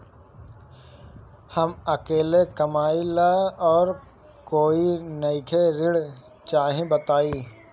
हम अकेले कमाई ला और कोई नइखे ऋण चाही बताई?